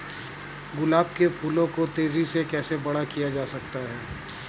गुलाब के फूलों को तेजी से कैसे बड़ा किया जा सकता है?